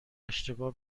اشتباه